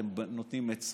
אתם נותנים עצות.